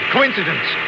Coincidence